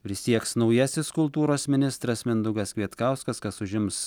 prisieks naujasis kultūros ministras mindaugas kvietkauskas kas užims